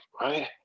Right